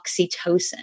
oxytocin